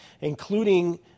including